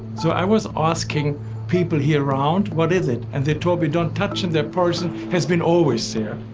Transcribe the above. so i was asking people here around, what is it? and they told me don't touch it, their poison has been always there.